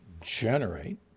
generate